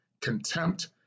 contempt